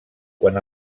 quan